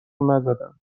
نزدم